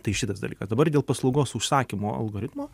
tai šitas dalykas dabar dėl paslaugos užsakymo algoritmo